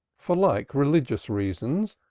for like religious reasons,